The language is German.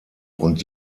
und